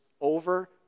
over